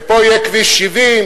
ופה יהיה כביש 70,